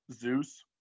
Zeus